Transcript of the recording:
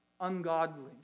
ungodly